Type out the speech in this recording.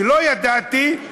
שלא ידעתי,